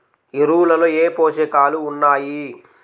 ఎరువులలో ఏ పోషకాలు ఉన్నాయి?